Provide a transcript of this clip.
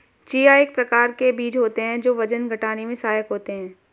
chia एक प्रकार के बीज होते हैं जो वजन घटाने में सहायक होते हैं